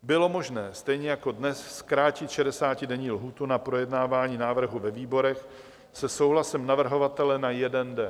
Bylo možné, stejně jako dnes, zkrátit šedesátidenní lhůtu na projednávání návrhu ve výborech se souhlasem navrhovatele na jeden den.